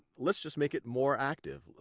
let's just make it more active.